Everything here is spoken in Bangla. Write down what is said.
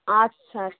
আচ্ছা